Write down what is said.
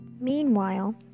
Meanwhile